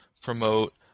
promote